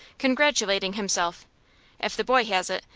congratulating himself if the boy has it,